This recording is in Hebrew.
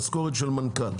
בהמשך לדיונים הקודמים,